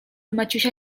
maciusia